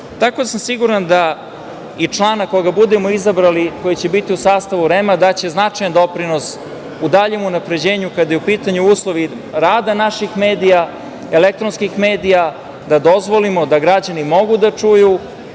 da sam siguran da i člana koga budemo izabrali, koji će biti u sastavu REM-a daće značajan doprinos daljem unapređenju, kada su u pitanju uslovi rada naših medija, elektronskih medija, da dozvolimo da građani mogu da čuju